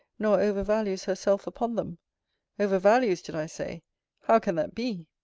nor overvalues herself upon them over-values, did i say how can that be?